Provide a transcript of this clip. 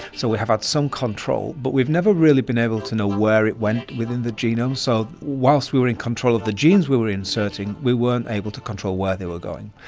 so we have had some control. but we've never really been able to know where it went within the genome. so whilst we were in control of the genes we were inserting, we weren't able to control where they were going.